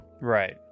Right